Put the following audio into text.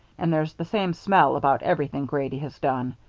and there's the same smell about everything grady has done.